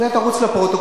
זה, תרוץ לפרוטוקול.